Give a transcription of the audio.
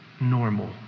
normal